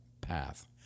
path